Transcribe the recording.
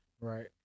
Right